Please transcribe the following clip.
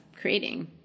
creating